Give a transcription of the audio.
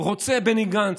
רוצה בני גנץ,